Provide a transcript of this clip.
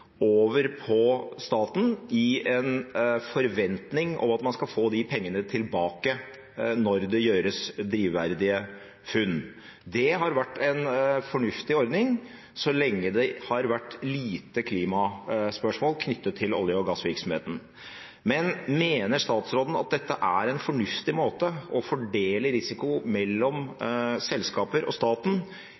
over på staten, i en forventning om at man skal få de pengene tilbake når det gjøres drivverdige funn. Det har vært en fornuftig ordning så lenge det har vært lite klimaspørsmål knyttet til olje- og gassvirksomheten. Mener statsråden at dette er en fornuftig måte å fordele risiko mellom selskaper og staten